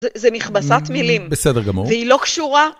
זה מכבסת מילים. בסדר גמור. והיא לא קשורה.